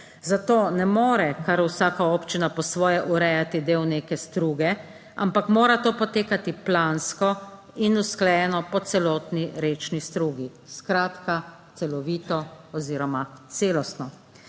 zato ne more kar vsaka občina po svoje urejati del neke struge, ampak mora to potekati plansko in usklajeno po celotni rečni strugi, skratka celovito oziroma celostno.